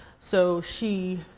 so she